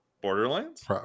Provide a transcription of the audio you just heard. borderlands